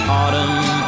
autumn